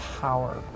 power